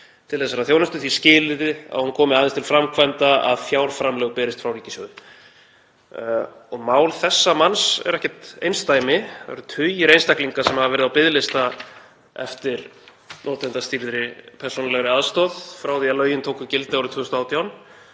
til þessarar þjónustu því skilyrði að hún komi aðeins til framkvæmda að fjárframlög berist frá ríkissjóði. Mál þessa manns er ekkert einsdæmi, það eru tugir einstaklinga sem hafa verið á biðlista eftir notendastýrðri persónulegri aðstoð frá því að lögin tóku gildi árið 2018.